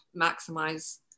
maximize